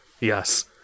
Yes